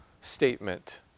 statement